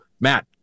Matt